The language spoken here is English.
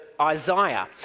Isaiah